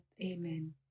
Amen